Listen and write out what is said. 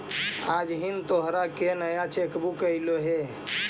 आज हिन् तोहार नया चेक बुक अयीलो हे